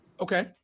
Okay